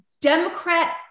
Democrat